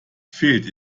fehlt